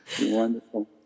Wonderful